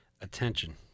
attention